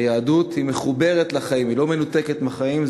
היהדות, היא מחוברת לחיים, היא לא מנותקת מהחיים.